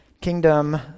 kingdom